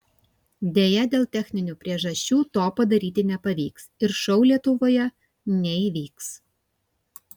deja dėl techninių priežasčių to padaryti nepavyks ir šou lietuvoje neįvyks